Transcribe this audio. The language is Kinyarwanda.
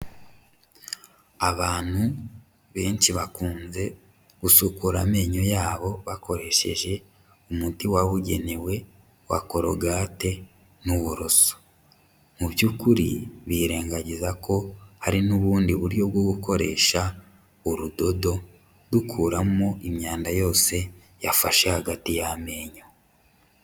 Abantu benshi bakunze gusukura amenyo yabo bakoresheje umuti wabugenewe wa korogate n'uburoso, mu byukuri birengagiza ko hari n'ubundi buryo bwo gukoresha urudodo dukuramo imyanda yose yafashe hagati y'amenyo.